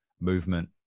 movement